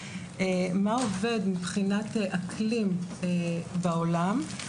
מה עובד מבחינת אקלים בעולם.